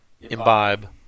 imbibe